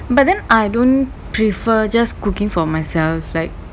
but then I don't prefer just cooking for myself like